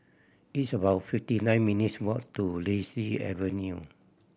it's about fifty nine minutes' walk to Daisy Avenue